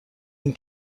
این